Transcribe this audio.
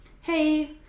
hey